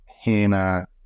Hannah